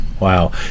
Wow